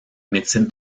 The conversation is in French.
médecine